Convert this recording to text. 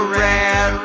red